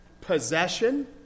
possession